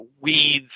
weeds